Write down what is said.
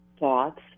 Thoughts